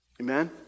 Amen